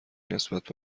نسبت